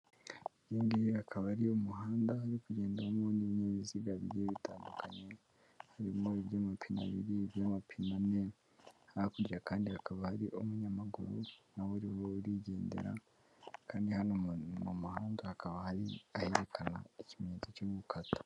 Ikindi iyo akaba ari umuhanda uri ku kugendamo n'ibinyabiziga bigiye bitandukanye harimo ib ibyo'amapinabiri by'amapinane hakurya kandi hakaba hari umunyamaguru nawe uri urigendera kandi hano mu mahanga hakaba hari ayerekana ikimenyetso cy'umukata.